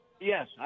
Yes